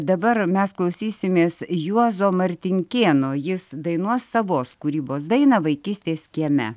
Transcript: dabar mes klausysimės juozo martinkėno jis dainuos savos kūrybos dainą vaikystės kieme